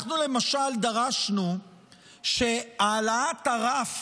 אנחנו, למשל, דרשנו שהעלאת הרף